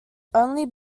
only